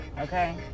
okay